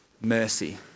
mercy